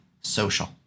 social